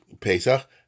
Pesach